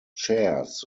chairs